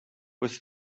was